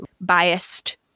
biased